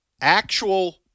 actual